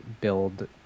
build